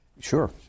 sure